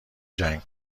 جنگ